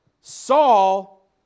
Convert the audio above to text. Saul